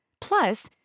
Plus